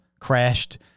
crashed